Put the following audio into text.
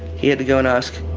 he had to go and ask